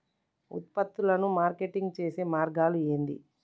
ఉత్పత్తులను మార్కెటింగ్ చేసే మార్గాలు ఏంది?